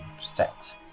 set